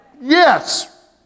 Yes